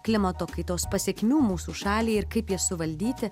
klimato kaitos pasekmių mūsų šaliai ir kaip jas suvaldyti